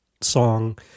song